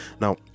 Now